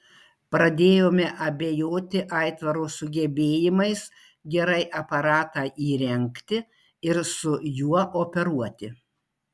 pradėjome abejoti aitvaro sugebėjimais gerai aparatą įrengti ir su juo operuoti